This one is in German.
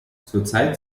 zurzeit